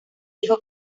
dijo